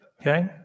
okay